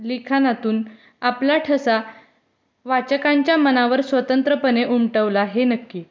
लिखाणातून आपला ठसा वाचकांच्या मनावर स्वतंत्रपणे उमटवला हे नक्की